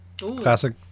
Classic